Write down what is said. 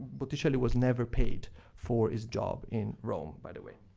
botticelli was never paid for his job in rome, by the way.